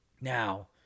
Now